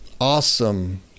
awesome